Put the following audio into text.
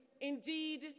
Indeed